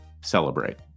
celebrate